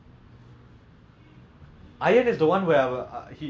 ayan I forgot the movie ayan ayan I forgot I know